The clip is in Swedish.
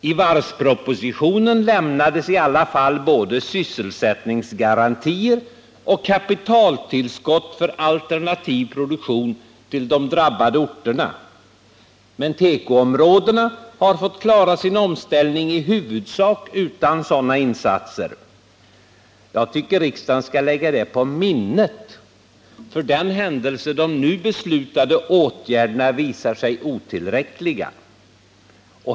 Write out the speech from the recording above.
I varvspropositionen lämnades i alla fall både sysselsättningsgarantier och kapitaltillskott för alternativ produktion till de drabbade orterna. Men tekoområdena har fått klara sin omställning i huvudsak utan sådana insatser. Jag tycker riksdagen skall lägga det på minnet, för den händelse de nu beslutade åtgärderna visar sig otillräckliga.